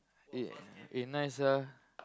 eh eh nice ah